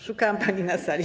Szukałam pani na sali.